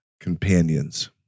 companions